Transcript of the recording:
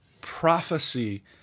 prophecy